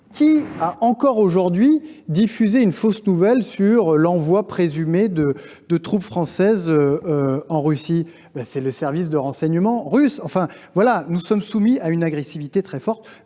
Qui a, encore aujourd’hui, diffusé une fausse nouvelle sur l’envoi présumé de troupes françaises en Russie ? Ce sont les services de renseignement russes ! Bref, nous sommes soumis à une agressivité très forte